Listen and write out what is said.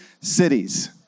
cities